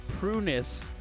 Prunus